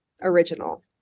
original